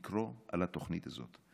לקרוא על התוכנית הזאת.